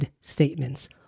statements